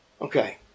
Okay